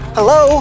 Hello